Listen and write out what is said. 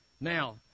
Now